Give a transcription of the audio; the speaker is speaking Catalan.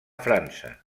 frança